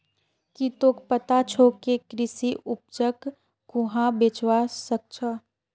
की तोक पता छोक के कृषि उपजक कुहाँ बेचवा स ख छ